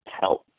help